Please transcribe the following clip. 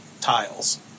tiles